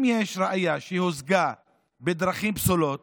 אם יש ראיה שהושגה בדרכים פסולות,